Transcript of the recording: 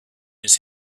his